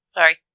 Sorry